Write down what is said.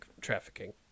trafficking